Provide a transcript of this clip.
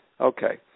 Okay